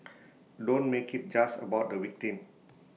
don't make IT just about the victim